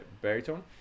baritone